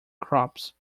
crops